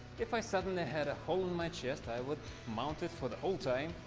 if i suddenly had a hole in my chest, i would mount it for the whole time.